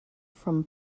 from